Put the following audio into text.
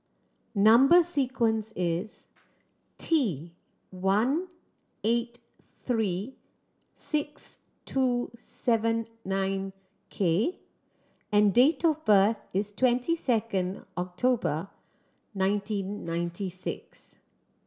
number sequence is T one eight three six two seven nine K and date of birth is twenty second October nineteen ninety six